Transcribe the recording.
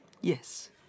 yes